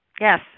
Yes